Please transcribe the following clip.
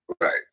Right